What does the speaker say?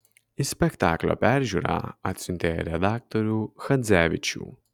į spektaklio peržiūrą atsiuntė redaktorių chadzevičių